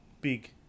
big